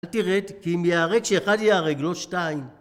אל תרד, כי אם ייהרג - שאחד ייהרג, לא שתיים